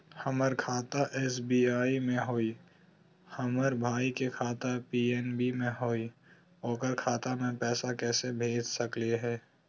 हमर खाता एस.बी.आई में हई, हमर भाई के खाता पी.एन.बी में हई, ओकर खाता में पैसा कैसे भेज सकली हई?